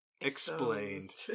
Explained